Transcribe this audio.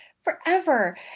Forever